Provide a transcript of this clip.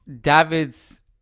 Davids